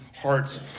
hearts